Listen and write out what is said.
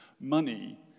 Money